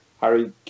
Harry